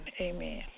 Amen